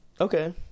Okay